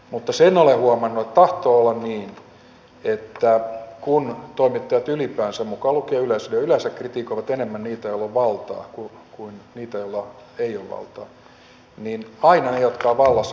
mutta sen olen huomannut että tahtoo olla niin että kun toimittajat ylipäänsä mukaan lukien yleisradio yleensä kritikoivat enemmän niitä joilla on valtaa kuin niitä joilla ei ole valtaa niin aina ne jotka ovat vallassa kulloinkin pahastuvat